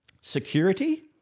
Security